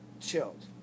chilled